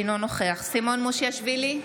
אינו נוכח סימון מושיאשוילי,